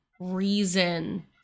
reason